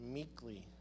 meekly